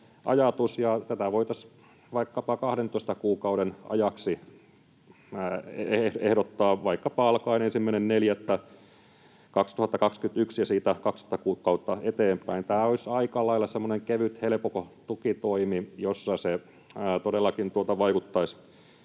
tätä voitaisiin vaikkapa 12 kuukauden ajaksi ehdottaa, vaikkapa alkaen 1.4.2021 ja siitä 12 kuukautta eteenpäin. Tämä olisi semmoinen aika lailla kevyt, helpohko tukitoimi, ja se todellakin vaikuttaisi